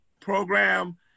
program